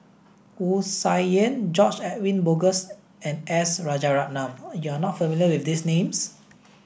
Wu Tsai Yen George Edwin Bogaars and S Rajaratnam you are not familiar with these names